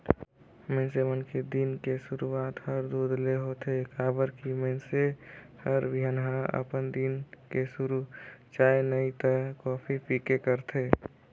मइनसे मन के दिन के सुरूआत हर दूद ले होथे काबर की मइनसे हर बिहनहा अपन दिन के सुरू चाय नइ त कॉफी पीके करथे